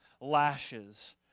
lashes